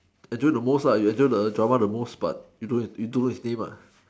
enjoy the most lah you enjoy the drama the most lah but you don't know his name lah